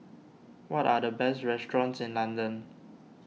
what are the best restaurants in London